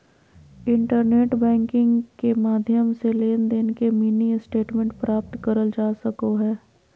internet banking के माध्यम से लेनदेन के मिनी स्टेटमेंट प्राप्त करल जा सको हय